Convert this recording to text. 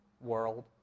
world